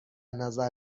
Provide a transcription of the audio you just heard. نظر